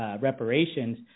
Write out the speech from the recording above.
Reparations